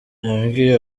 yabwiye